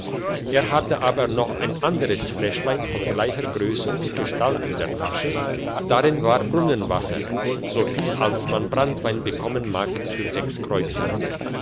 er hatte aber noch ein anderes fläschlein von gleicher grösse und gestalt in der tasche darin war brunnenwasser so viel als man branntwein bekommen mag für sechs kreuzer